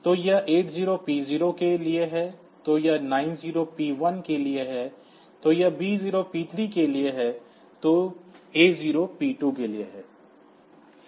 तो यह 80 P0 के लिए है तो यह 90 P1 के लिए है तो यह B0 P3 के लिए है तो A0 P2 के लिए है